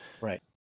Right